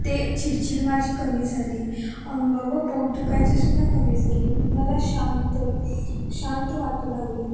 ते चिडचिड माझी कमी झाली अंग व पोट दुखायचेसुद्धा कमी झाले मला शांत शांत वाटू लागले